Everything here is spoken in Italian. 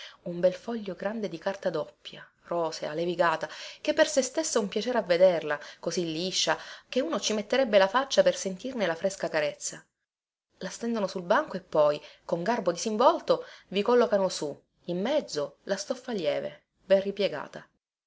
un bel foglio grande di carta doppia rosea levigata chè per sé stessa un piacere a vederla così liscia che uno ci metterebbe la faccia per sentirne la fresca carezza la stendono sul banco e poi con garbo disinvolto vi collocano su in mezzo la stoffa lieve ben ripiegata